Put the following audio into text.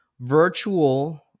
virtual